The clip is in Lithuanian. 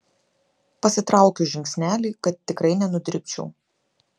pasitraukiu žingsnelį kad tikrai nenudribčiau